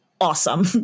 awesome